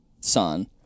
son